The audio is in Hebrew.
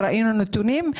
וראינו נתונים.